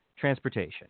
transportation